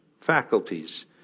faculties